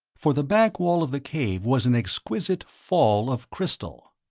for the back wall of the cave was an exquisite fall of crystal!